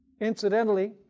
Incidentally